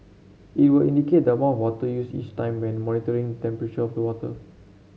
it will indicate the amount of water used each time while monitoring temperature of the water